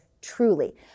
truly